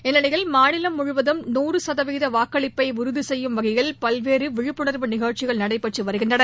இந்நிலையில் மாநிலம் முழுவதும் நூறு சதவீத வாக்களிப்பை உறுதி செய்யும் வகையில் பல்வேறு விழிப்புணர்வு நிகழ்ச்சிகள் நடைபெற்று வருகின்றன